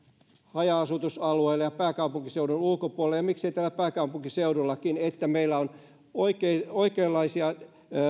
haja asutusalueella ja pääkaupunkiseudun ulkopuolella ja miksei täällä pääkaupunkiseudullakin että meillä on oikeanlaista